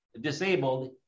disabled